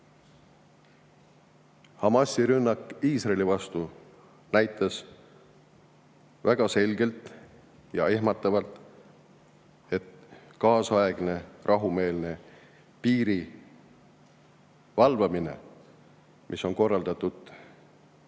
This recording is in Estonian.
Hamasi rünnak Iisraeli vastu näitas väga selgelt ja ehmatavalt, et kaasaegne rahumeelne piiri valvamine, mis on korraldatud,